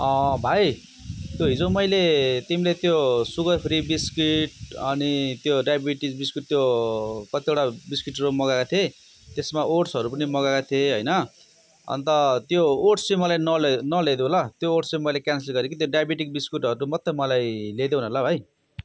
भाइ त्यो हिजो मैले तिमीले त्यो सुगर फ्री बिस्किट अनि त्यो डायबेटिज बिस्किट त्यो कतिवडा बिस्किटहरू मगाएको थिएँ त्यसमा ओट्सहरू पनि मगाएको थिएँ होइन अन्त त्यो ओट्स चाहिँ मलाई नल्याई नल्याइदेऊ ल त्यो ओट्स चाहिँ मैले क्यान्सल गरेँ कि त्यो डायबेटिक बिस्किटहरू मात्रै मलाई ल्याइदेऊ न ल भाइ